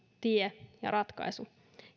tie ja ratkaisu